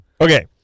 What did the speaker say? Okay